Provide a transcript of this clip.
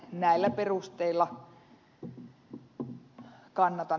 näillä perusteilla kannatan ehdottomasti ed